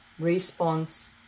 response